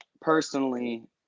personally